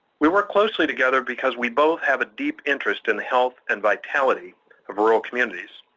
we work closely together because we both have a deep interest in health and vitality of rural communities.